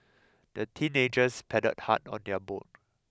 the teenagers paddled hard on their boat